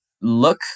look